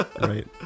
Right